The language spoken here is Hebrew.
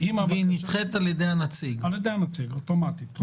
על ידי הנציג אוטומטית.